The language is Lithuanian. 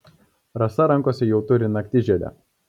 rasa rankose jau turi naktižiedę